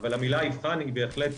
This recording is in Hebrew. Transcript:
אבל המילה יבחן היא בהחלט